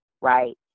right